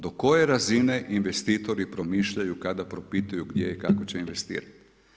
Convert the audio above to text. Do koje razine investitori promišljanju kada propitaju gdje i kako će investirati.